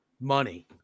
money